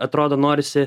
atrodo norisi